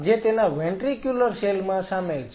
જે તેના ventricular cell માં સામેલ છે